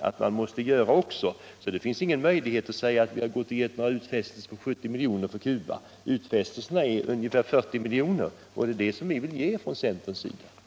Det finns alltså inga möjligheter att påstå att man har gjort utfästelser om 70 milj.kr. till Cuba. Utfästelsen är på 40 milj.kr., vilket vi från centern vill ge.